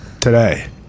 today